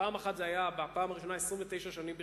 בפעם הראשונה זה היה 29 שנים ברציפות,